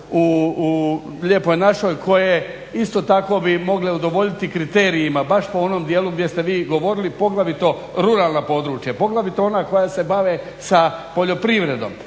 u lijepoj našoj koje bi isto tako mogle udovoljiti kriterijima baš po onom dijelu gdje ste vi govorili. Poglavito ruralna područja, poglavito ona koja se bave sa poljoprivredom